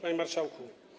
Panie Marszałku!